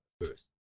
first